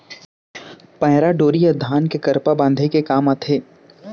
पैरा डोरी ह धान के करपा बांधे के काम आथे